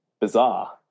bizarre